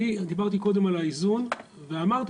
אני דיברתי קודם על האיזון ואמרתי